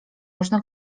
można